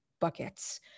buckets